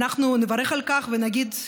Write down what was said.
אנחנו נברך על כך ונגיד: